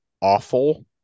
awful